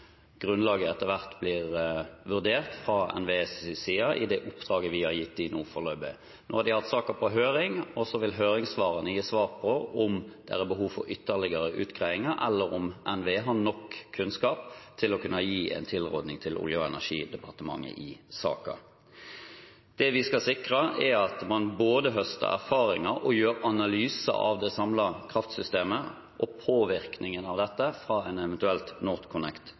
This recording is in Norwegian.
grunnlaget etter hvert blir vurdert fra NVEs side i oppdraget vi har gitt dem foreløpig. Nå har de hatt saken på høring, og så vil høringssvarene gi svar på om det er behov for ytterligere utgreiinger, eller om NVE har nok kunnskap til å kunne gi en tilråding til Olje- og energidepartementet i saken. Det vi skal sikre, er at man både høster erfaringer og gjør analyser av det samlede kraftsystemet og påvirkningen av dette fra en